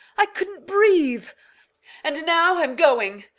i couldn't breathe and now i'm going,